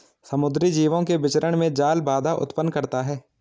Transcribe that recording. समुद्री जीवों के विचरण में जाल बाधा उत्पन्न करता है